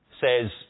says